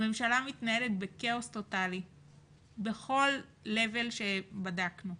הממשלה מתנהלת בכאוס טוטאלי בכל רמה שבדקנו,